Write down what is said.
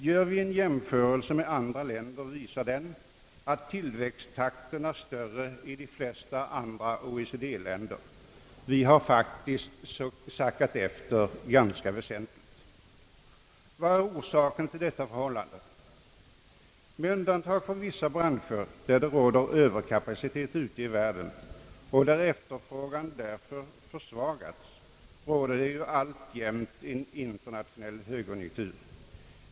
Gör vi en jämförelse med andra länder, visar den att tillväxtkraften är större i de flesta andra OECD länder. Vi har faktiskt sackat efter ganska väsentligt. Vad är orsakerna till detta förhållande? Men undantag för vissa branscher, där det råder överkapacitet ute i världen och där efterfrågan därför försvagats, råder det ju alltjämt en internationell högkonjunktur.